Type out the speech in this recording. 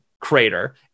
crater